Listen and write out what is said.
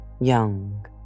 young